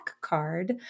card